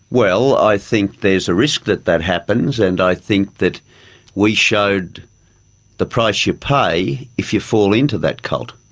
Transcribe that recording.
well, i think there's a risk that that happens, and i think that we showed the price you pay if you fall into that cult.